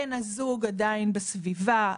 בן הזוג עדיין בסביבה,